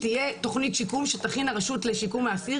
תהיה תוכנית שיקום שתכין הרשות לשיקום האסיר,